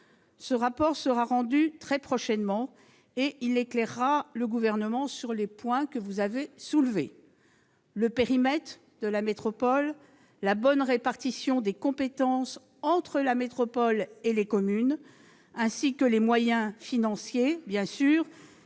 Ce rapport sera rendu très prochainement et il éclairera le Gouvernement sur les points que vous avez soulevés : le périmètre de la métropole, la bonne répartition des compétences entre la métropole et les communes, ainsi que les moyens financiers bien sûr